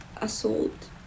assault